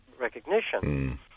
recognition